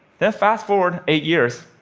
then fast-forward eight years.